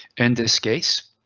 and this case,